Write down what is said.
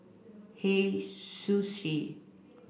Hei Sushi